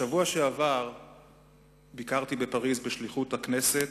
בשבוע שעבר ביקרתי בפריס בשליחות הכנסת.